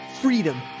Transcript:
freedom